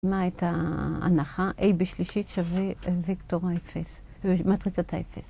‫מה הייתה ההנחה? A בשלישית ‫שווה וקטור האפס, מטריצת האפס.